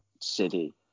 city